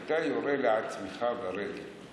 שבה אתה יורה לעצמך ברגל.